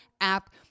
app